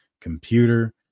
computer